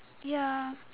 ya